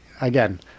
Again